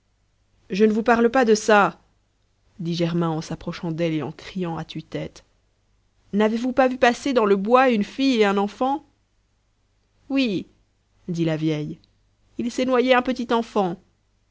je ne vous parle pas de ça dit germain en s'approchant d'elle et en criant à tue-tête n'avez-vous pas vu passer dans le bois une fille et un enfant oui dit la vieille il s'est noyé un petit enfant